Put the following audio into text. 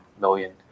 million